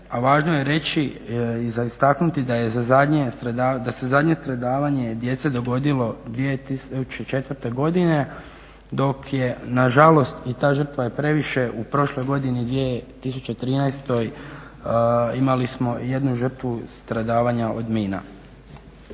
za zadnje stradavanje, da se zadnje stradavanje djece dogodilo 2004.godine dok je nažalost i ta žrtva je previše u prošloj godini 2013.imali smo jednu žrtvu stradavanja od mina.